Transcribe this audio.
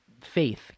faith